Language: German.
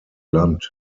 land